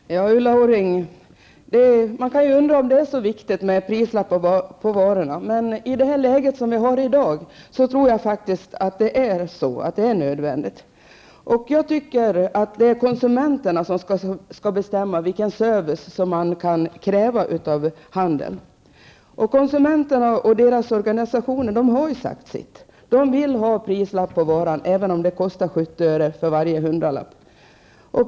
Herr talman! Ulla Orring, man kan undra om det är så viktigt med prislappar på varorna. Men i dagens läge tror jag faktiskt att det är nödvändigt. Jag anser att konsumenterna skall bestämma vilken service som kan krävas av handeln. Och konsumenterna och deras organisationer har sagt sitt. De vill ha prislappar på varorna även om det kostar 70 öre per hundralapp.